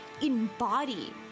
Embody